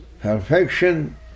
perfection